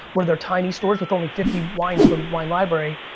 where they're tiny stores with only fifty wines from wine library.